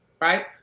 Right